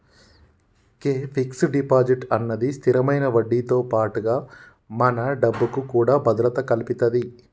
గే fix deposit అన్నది స్థిరమైన వడ్డీతో పాటుగా మన డబ్బుకు కూడా భద్రత కల్పితది